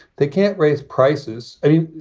they can't raise prices anymore.